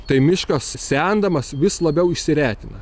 tai miškas sendamas vis labiau išsiretina